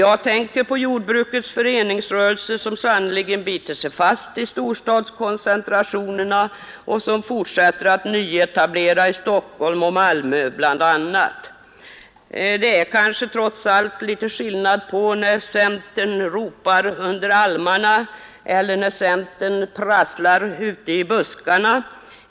Jag tänker på jordbrukets föreningsrörelse, som sannerligen biter sig fast i storstadskoncentrationerna och fortsätter sin nyetablering bl.a. i Stockholm och Malmö. Det är kanske trots allt någon skillnad när centern ropar under almarna och när centern prasslar ute i buskarna.